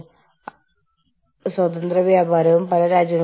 വ്യത്യസ്ത ദേശീയ മുൻഗണനകളാണ് മറ്റൊന്ന്